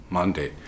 Monday